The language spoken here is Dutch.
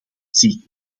zie